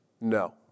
no